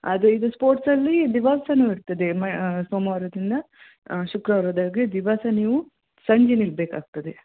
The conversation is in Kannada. ಅದು ಇದು ಸ್ಪೋರ್ಟ್ಸ್ ಅಲ್ಲಿ ದಿವಸನೂ ಇರ್ತದೆ ಸೋಮವಾರದಿಂದ ಶುಕ್ರವಾರದವರೆಗೆ ದಿವಸ ನೀವು ಸಂಜೆ ನಿಲ್ಬೇಕಾಗ್ತದೆ